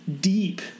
deep